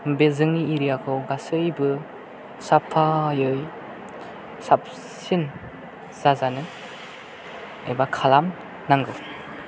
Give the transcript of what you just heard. बे जोंनि एरियाखौ गासैबो साफायै साबसिन जाजानो एबा खालामनांगौ